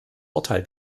urteil